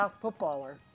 footballer